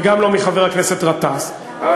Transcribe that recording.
וגם לא מחבר הכנסת גטאס, למה?